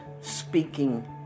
speaking